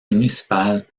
municipal